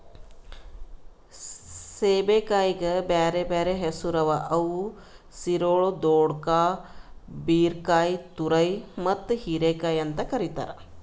ಸೇಬೆಕಾಯಿಗ್ ಬ್ಯಾರೆ ಬ್ಯಾರೆ ಹೆಸುರ್ ಅವಾ ಅವು ಸಿರೊಳ್, ದೊಡ್ಕಾ, ಬೀರಕಾಯಿ, ತುರೈ, ಪೀರ್ಕಂಕಿ ಮತ್ತ ಹೀರೆಕಾಯಿ ಅಂತ್ ಕರಿತಾರ್